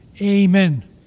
Amen